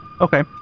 Okay